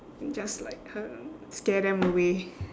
just like um scare them away